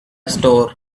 store